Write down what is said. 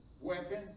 weapon